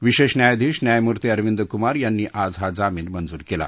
विशेष न्यायाधीश न्यायमूर्ती अरविंद कुमार यांनी आज हा जामीन मंजूर केला